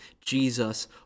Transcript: Jesus